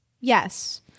yes